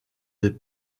des